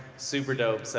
super-dope, so